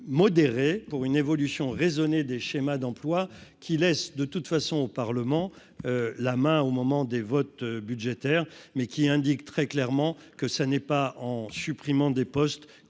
modéré pour une évolution raisonnée des schémas d'emplois qui laisse de toute façon au Parlement la main au moment des votes budgétaires mais qui indique très clairement que ça n'est pas en supprimant des postes